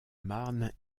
marne